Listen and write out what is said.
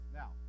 now